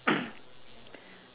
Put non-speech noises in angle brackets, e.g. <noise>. <coughs>